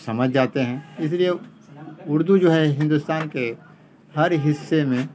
سمجھ جاتے ہیں اس لیے اردو جو ہے ہندوستان کے ہر حصے میں